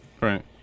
Right